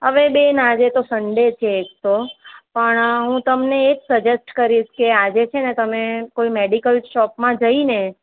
હવે બેન આજે તો સનડે છે એકતો પણ હું તમને એક સજેસ્ટ કરીશ કે આજે છેને તમે કોઈ મેડિકલ શોપમાં જઈને